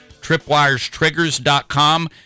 tripwirestriggers.com